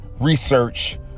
research